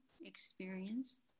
experience